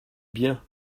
bien